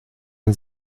man